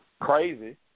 crazy